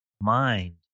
mind